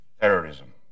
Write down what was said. Terrorism